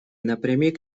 напрямик